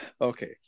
Okay